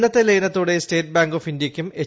ഇന്നത്തെ ലയനത്തോടെ state bank of ഇന്ത്യയ്ക്കും എച്ച്